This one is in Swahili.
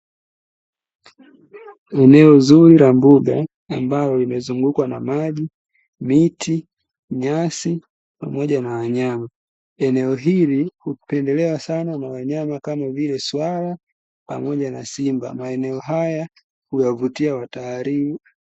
Eneo zuri la mboga, ambalo limezungukwa na: maji, miti, nyasi, pamoja na wanyama. Eneo hili hupendelewa sana na wanyama kama vile swala, pamoja na simba. Maeneo haya huwavutia watalii.